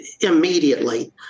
immediately